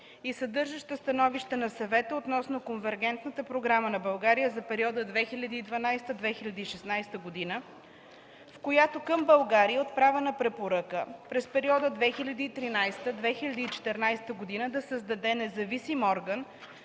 и съдържаща становище на Съвета относно Конвергентната програма на България за периода 2012-2016 г., в която към България е отправена препоръка през периода 2013-2014 г. „да създаде независим орган,